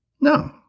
No